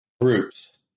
groups